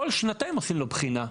כל שנתיים עושים לו בחינה.